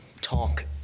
talk